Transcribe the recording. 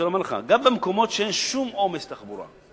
גם במקומות שאין בהם שום עומס תחבורה,